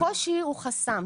הקושי הוא חסם.